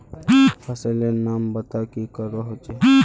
फसल लेर नाम बता की करवा होचे?